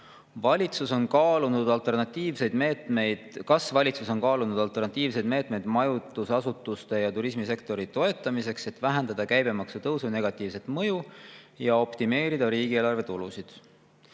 "Kas valitsus on kaalunud alternatiivseid meetmeid majutusasutuste ja turismisektori toetamiseks, et vähendada käibemaksu tõusu negatiivset mõju ja optimeerida riigieelarve tulusid?"